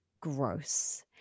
gross